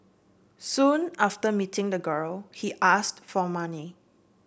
soon after meeting the girl he asked for money